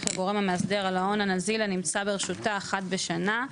לגורם המאסדר על ההון הנזיל הנמצא ברשותה אחת בשנה,